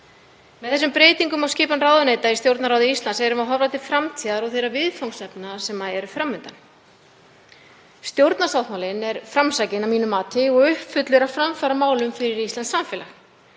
Með þessum breytingum á skipan ráðuneyta í Stjórnarráði Íslands erum við að horfa til framtíðar og þeirra viðfangsefna sem fram undan eru. Stjórnarsáttmálinn er framsækinn að mínu mati og uppfullur af framfaramálum fyrir íslenskt samfélag.